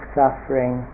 suffering